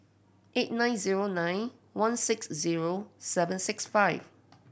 eight nine zero nine one six zero seven six five